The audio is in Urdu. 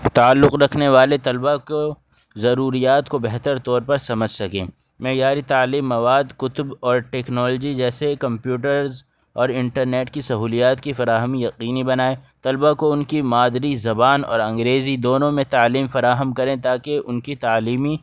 تعلق رکھنے والے طلبہ کو ضروریات کو بہتر طور پر سمجھ سکیں معیاری تعلیم مواد کتب اور ٹیکنالوجی جیسے کمپیوٹرز اور انٹرنیٹ کی سہولیات کی فراہمی یقینی بنائیں طلبہ کو ان کی مادری زبان اور انگریزی دونوں میں تعلیم فراہم کریں تاکہ ان کی تعلیمی